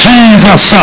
Jesus